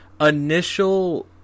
Initial